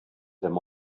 them